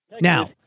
Now